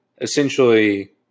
essentially